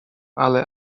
ale